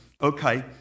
Okay